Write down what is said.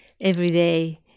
everyday